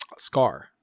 scar